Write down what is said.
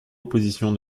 opposition